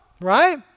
right